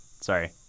Sorry